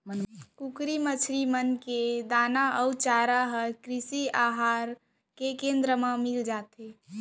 कुकरी, मछरी मन के दाना अउ चारा हर कृषि अहार केन्द्र मन मा मिलथे